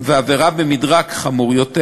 ועבירה במדרג חמור יותר.